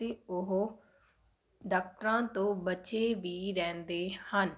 ਅਤੇ ਉਹ ਡਾਕਟਰਾਂ ਤੋਂ ਬਚੇ ਵੀ ਰਹਿੰਦੇ ਹਨ